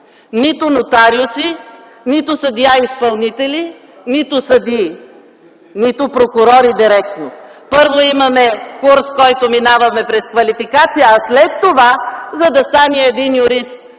нито нотариуси, нито съдия-изпълнители, нито съдии, нито прокурори директно. Първо имаме курс, който минаваме, през квалификация, а след това, за да стане един юрист